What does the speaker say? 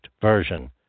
version